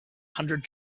hundred